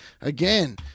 Again